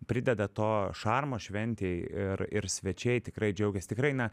prideda to šarmo šventei ir ir svečiai tikrai džiaugias tikrai na